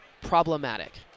problematic